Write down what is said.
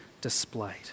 displayed